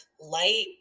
light